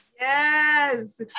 Yes